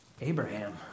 Abraham